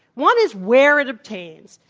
one is where it obtains.